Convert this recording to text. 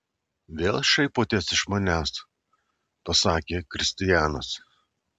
vėl šaipotės iš manęs pasakė kristianas